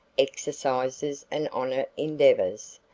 exercises and honor endeavors.